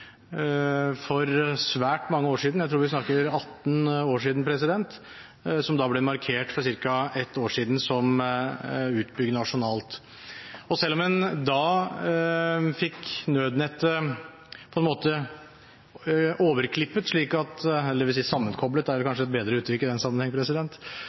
for svært mange år siden, jeg tror vi snakker om 18 år siden, og som for ca. et år siden ble markert som utbygd nasjonalt. Selv om en da på en måte fikk sammenkoblet nødnettet slik at det nå brukes over hele landet, vil